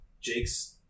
Jake's